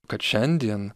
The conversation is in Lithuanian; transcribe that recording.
kad šiandien